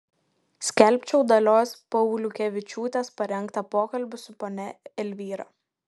skelbčiau dalios pauliukevičiūtės parengtą pokalbį su ponia elvyra